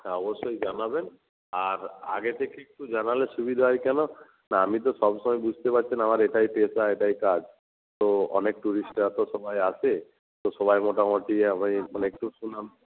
হ্যাঁ অবশ্যই জানাবেন আর আগে থেকে একটু জানালে সুবিধা হয় কেন না আমি তো সবসময় বুঝতে পারছেন আমার এটাই পেশা এটাই কাজ তো অনেক ট্যুরিস্টরা তো সবাই আসে তো সবাই মোটামুটি মানে একটু সুনাম